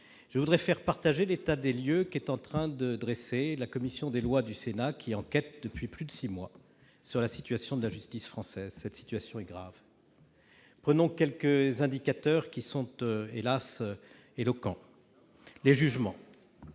Je voudrais partager l'état des lieux qu'est en train de dresser la commission des lois du Sénat, qui enquête depuis plus de six mois sur la situation de la justice française. Celle-ci est grave. J'évoquerai quelques indicateurs qui sont, hélas ! éloquents : le